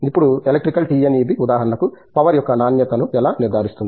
ఇప్పుడు electrical TNEB ఉదాహరణకు power యొక్క నాణ్యతను ఎలా నిర్ధారిస్తుంది